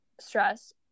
stress